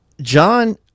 John